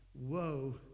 Whoa